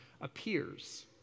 appears